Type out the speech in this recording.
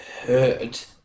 hurt